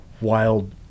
wild